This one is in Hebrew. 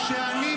--- זה רק אתם.